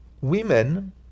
Women